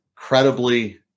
incredibly